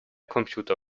computer